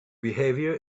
behavior